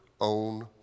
own